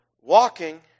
walking